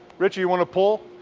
richie you want to pull?